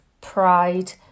pride